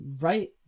right